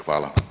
Hvala.